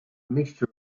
mixture